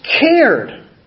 cared